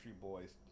Boys